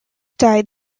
died